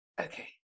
Okay